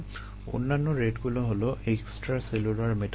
অন্যান্য রেটগুলো হলো এক্সট্রাসেলুলার মেটাবোলাইট